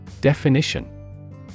definition